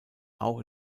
auch